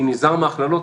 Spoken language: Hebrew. אני נזהר מהכללות,